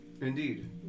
Indeed